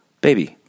baby